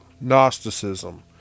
Gnosticism